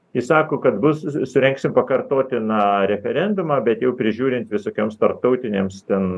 jis sako kad bus su surengsim pakartotiną referendumą bet jau prižiūrint visokioms tarptautinėms ten